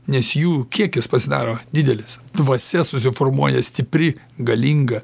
nes jų kiekis pasidaro didelis dvasia susiformuoja stipri galinga